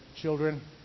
children